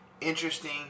Interesting